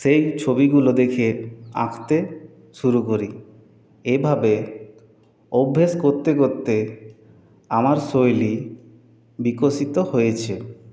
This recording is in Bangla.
সেই ছবিগুলো দেখে আঁকতে শুরু করি এভাবে অভ্যেস করতে করতে আমার শৈলী বিকশিত হয়েছে